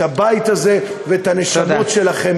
את הבית הזה ואת הנשמות שלכם,